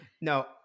No